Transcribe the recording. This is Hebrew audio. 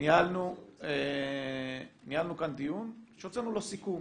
ניהלנו כאן דיון שהוצאנו לו סיכום.